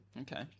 Okay